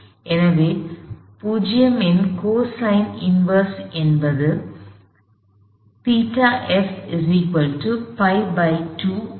எனவே 0 இன் cosine inverse என்பது ஆகும்